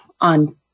on